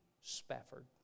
Spafford